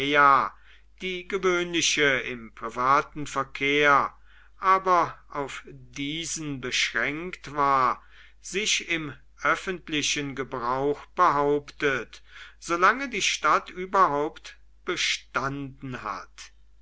die gewöhnliche im privaten verkehr aber auf diesen beschränkt war sich im öffentlichen gebrauch behauptet solange die stadt überhaupt bestanden hat